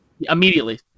immediately